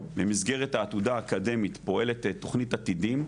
במסגרת העתודה האקדמית פועלת תכנית עתידים,